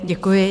Děkuji.